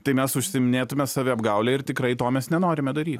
tai mes užsiiminėtume saviapgaule ir tikrai to mes nenorime daryt